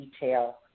detail